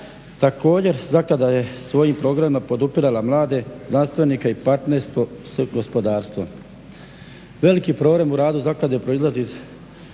Također, zaklada je svojim programima podupirala mlade znanstvenike i partnerstvo s gospodarstvom. Veliki program u radu zaklade proizlazi iz